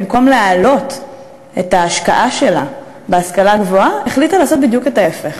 במקום להעלות את ההשקעה שלה בהשכלה הגבוהה החליטה לעשות בדיוק את ההפך,